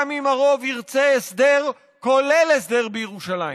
גם אם הרוב ירצה הסדר, כולל הסדר בירושלים.